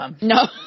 No